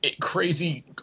crazy